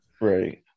Right